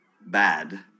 bad